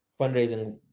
fundraising